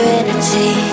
energy